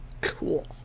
Cool